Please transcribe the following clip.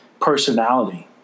personality